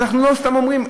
אנחנו לא סתם אומרים.